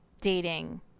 dating